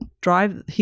Drive